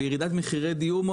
ירידה מאוד גדולה במחירי הדיור,